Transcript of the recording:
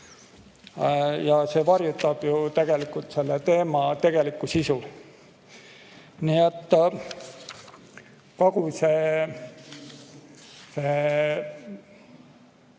See varjutab ju tegelikult selle teema tegelikku sisu. Nii et kogu selle